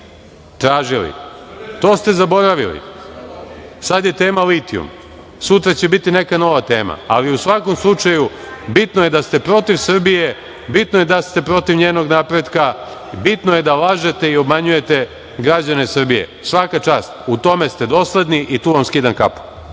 tražili? To ste zaboravili, sada je tema litijum. Sutra će biti neka nova tema, ali u svakom slučaju bitno je da ste protiv Srbije, bitno je da ste protiv njenog napretka, bitno je da lažete i obmanjujete građane Srbije. Svaka čast! U tome ste dosledni i tu vam skidam kapu.